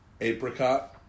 apricot